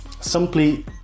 simply